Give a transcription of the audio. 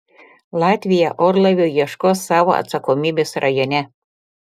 latvija orlaivio ieškos savo atsakomybės rajone